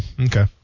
Okay